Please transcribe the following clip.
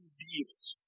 deals